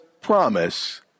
promise